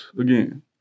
again